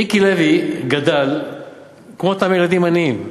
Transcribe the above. מיקי לוי גדל כמו אותם ילדים עניים.